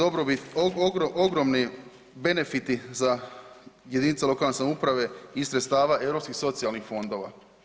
Ogromni benefiti za jedinice lokalne samouprave iz sredstava europskih socijalnih fondova.